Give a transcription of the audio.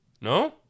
No